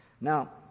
Now